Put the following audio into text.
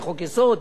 זה חוק-יסוד,